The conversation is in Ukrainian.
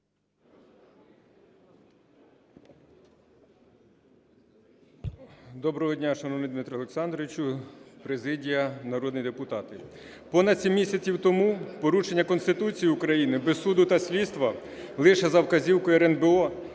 Доброго дня, шановний Дмитре Олександровичу, президія, народні депутати! Понад сім місяців тому порушення Конституції України без суду та слідства лише за вказівкою РНБО